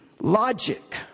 logic